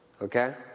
Okay